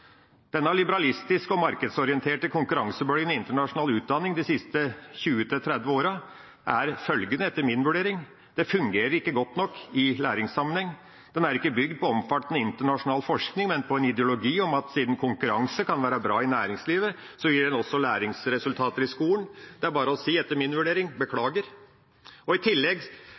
Denne liberalistiske og markedsorienterte konkurransebølgen i internasjonal utdanning de siste 20–30 årene er følgende, etter min vurdering: Den fungerer ikke godt nok i læringssammenheng, den er ikke bygd på omfattende internasjonal forskning, men på en ideologi om at siden konkurranse kan være bra i næringslivet, gir den også læringsresultater i skolen. Det er etter min vurdering bare å si: Beklager! I tillegg